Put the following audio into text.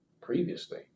previously